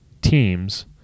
teams